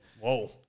Whoa